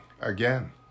again